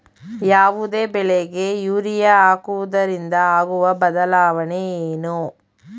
ಯಾವುದೇ ಬೆಳೆಗೆ ಯೂರಿಯಾ ಹಾಕುವುದರಿಂದ ಆಗುವ ಬದಲಾವಣೆ ಏನು?